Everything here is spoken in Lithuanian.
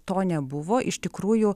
to nebuvo iš tikrųjų